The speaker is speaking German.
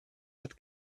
hat